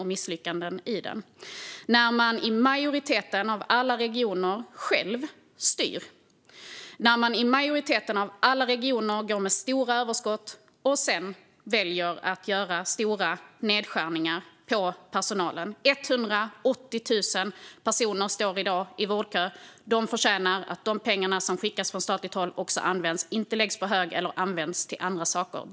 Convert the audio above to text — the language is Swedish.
Men det är Moderaterna själva som styr i majoriteten av alla regioner. Och majoriteten av alla regioner går med stora överskott, men de väljer sedan att göra stora nedskärningar av personalen. 180 000 personer står i dag i vårdkö. De förtjänar att de pengar som skickas från statligt håll också används och inte läggs på hög eller används till andra saker.